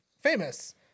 famous